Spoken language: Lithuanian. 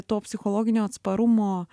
to psichologinio atsparumo